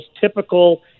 typical